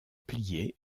plié